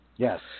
Yes